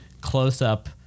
close-up